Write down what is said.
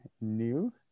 new